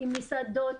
כמורה דרך,